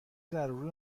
ضروری